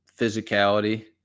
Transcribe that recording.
physicality